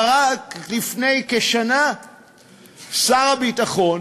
הרי רק לפני כשנה שר הביטחון,